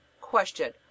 Question